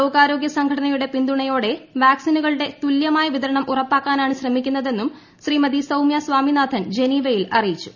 ലോകാരോഗൃ സംഘടനയുടെ പിന്തുണയോടെ വാക്സിനുകളുടെ തുല്യമായ വിതരണം ഉറപ്പാക്കാനാണ് ശ്രമിക്കുന്നതെന്നും ശ്രീമതി സൌമ്യ സ്വാമിനാഥൻ ജനീവയിൽ അറിയിച്ചു